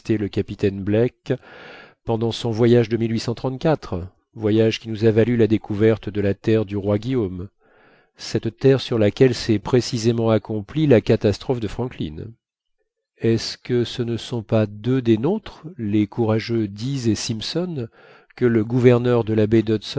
le capitaine black pendant son voyage de voyage qui nous a valu la découverte de la terre du roi guillaume cette terre sur laquelle s'est précisément accomplie la catastrophe de franklin est-ce que ce ne sont pas deux des nôtres les courageux dease et simpson que le gouverneur de la